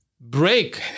break